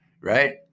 Right